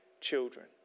children